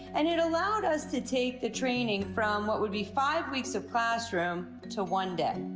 and it allowed us to take the training from what would be five weeks of classroom to one day.